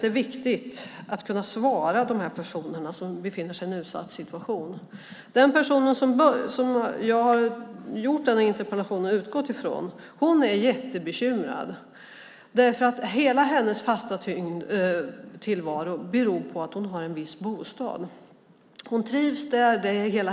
Det är viktigt att kunna svara de personer som befinner sig i en utsatt situation. Den person som jag utgått från i min interpellation är jättebekymrad. Hela hennes fasta tillvaro hänger på att hon har den bostad hon nu bor i. Hon trivs i den.